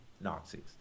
Nazis